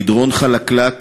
המדרון חלקלק,